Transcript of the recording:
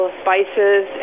spices